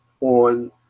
on